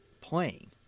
playing